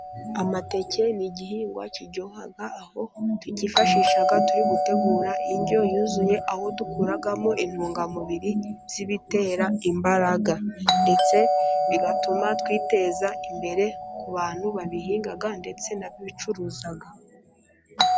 Amateke ni igihingwa kiryoha aho tucyifashisha turi gutegura indyo yuzuye, aho dukuramo intungamubiri z'ibitera imbaraga ,ndetse bigatuma twiteza imbere ku bantu babihinga ndetse n'abicuruza.